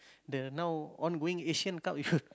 the now ongoing Asian-Cup you